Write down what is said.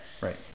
right